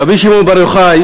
רבי שמעון בר יוחאי,